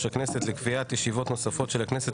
הכנסת לקביעת ישיבות נוספות של הכנסת,